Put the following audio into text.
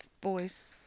boys